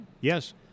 Yes